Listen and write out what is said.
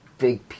big